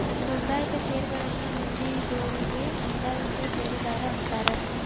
ನೋಂದಾಯಿತ ಷೇರಗಳನ್ನ ಹೊಂದಿದೋರಿಗಿ ನೋಂದಾಯಿತ ಷೇರದಾರ ಅಂತಾರ